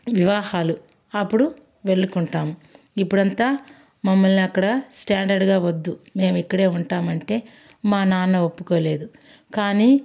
వివాహాలు అప్పుడు వెళుతు ఉంటాం ఇప్పుడంతా మమ్మల్ని అక్కడ స్టాండర్డ్గా వద్దు మేము ఇక్కడే ఉంటాం అంటే మా నాన్న ఒప్పుకోలేదు కానీ